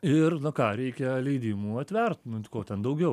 ir nu ką reikia leidimų atvert nu t ko ten daugiau